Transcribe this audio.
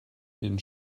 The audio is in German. den